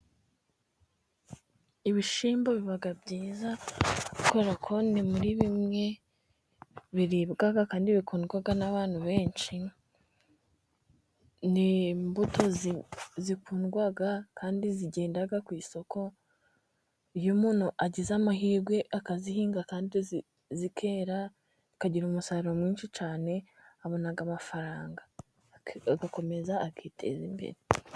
Ibishyimbo biba byiza, kubera ko ni muri bimwe biribwa kandi bikundwa n'abantu benshi, n'imbuto zikundwa kandi zigenda ku isoko, iyo umuntu agize amahirwe akazihinga kandi zikera zikagira umusaruro mwinshi cyane, abona amafaranga agakomeza akiteza imbere.